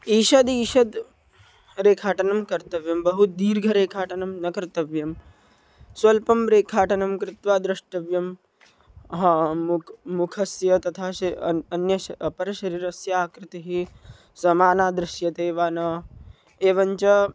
ईषदीषद् रेखाटनं कर्तव्यं बहु दीर्घरेखाटनं न कर्तव्यं स्वल्पं रेखाटनं कृत्वा द्रष्टव्यं ह मुखे मुखस्य तथा श अन् अन्यस्य अपरशरीरस्य आकृतिः समाना दृश्यते वा न एवञ्च